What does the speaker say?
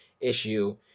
issue